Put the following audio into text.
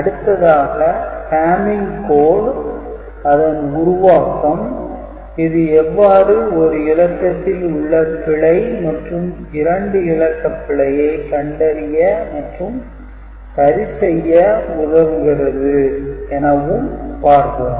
அடுத்ததாக "Hamming code" அதன் உருவாக்கம் இது எவ்வாறு ஒரு இலக்கத்தில் உள்ள பிழை மற்று இரண்டு இலக்கப் பிழையை கண்டறிய மற்றும் சரி செய்ய உதவுகிறது எனவும் பார்ப்போம்